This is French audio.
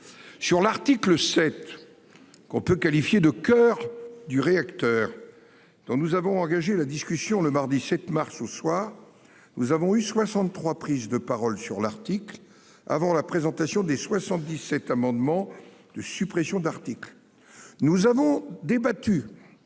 Sur l'article 7. Qu'on peut qualifier de coeur du réacteur dont nous avons engagé la discussion le mardi 7 mars ou soit. Nous avons eu 63, prise de parole sur l'article avant la présentation des 77 amendements de suppression d'articles. Nous avons débattu.